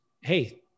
hey